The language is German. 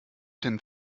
denn